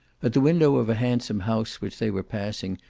at the window of a handsome house which they were passing,